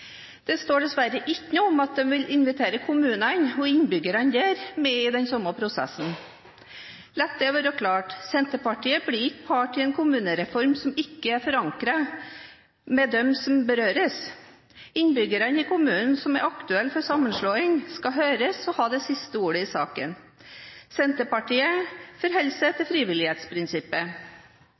Det står dessverre ikke noe om at den vil invitere kommunene og innbyggerne der med i den samme prosessen. La det være klart: Senterpartiet blir ikke part i en kommunereform som ikke er forankret hos dem som berøres. Innbyggerne i kommuner som er aktuelle for sammenslutning, skal høres og ha det siste ordet i saken. Senterpartiet forholder seg til frivillighetsprinsippet.